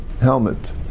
helmet